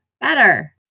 better